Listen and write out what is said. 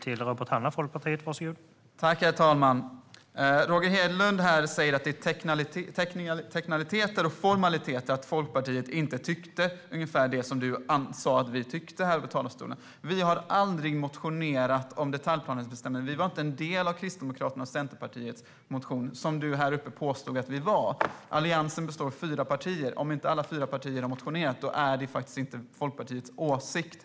Herr talman! Roger Hedlund säger att det är teknikaliteter och formaliteter att Folkpartiet inte tyckte det som du sa att vi tyckte. Vi har aldrig motionerat om detaljplanebestämmelser. Vi var inte en del av Kristdemokraternas och Centerpartiets motioner som du påstod att vi var. Alliansen består av fyra partier. Om inte alla fyra partier har motionerat tillsammans är det faktiskt inte heller Folkpartiets åsikt.